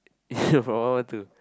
from one one two